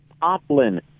Poplin